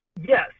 Yes